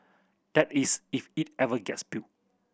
that is if it ever gets built